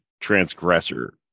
transgressor